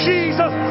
Jesus